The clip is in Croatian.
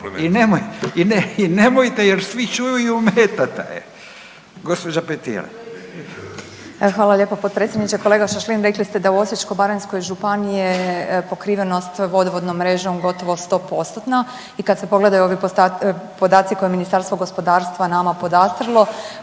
i nemojte jer svi čuju i ometate. Gđa. Petir. **Petir, Marijana (Nezavisni)** Hvala lijepo potpredsjedniče. Kolega Šašlin rekli ste da u Osječko-baranjskoj županiji je pokrivenost vodovodnom mrežom gotovo 100%-tna i kad se pogledaju ovi podaci koje je Ministarstvo gospodarstvo nama podastrlo